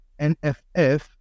NFF